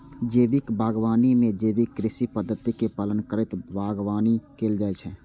जैविक बागवानी मे जैविक कृषि पद्धतिक पालन करैत बागवानी कैल जाइ छै